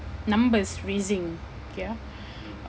numbers raising ya